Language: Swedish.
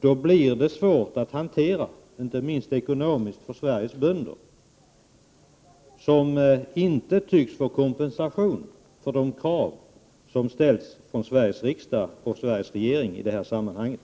Då blir det hela svårt att hantera, inte minst ekonomiskt, för Sveriges bönder som inte tycks få kompensation för de krav som ställts från Sveriges regering och Sveriges riksdag i det här sammanhanget.